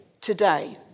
today